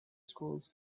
schools